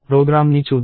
ప్రోగ్రామ్ని చూద్దాం